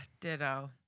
ditto